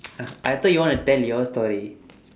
I thought you want to tell your story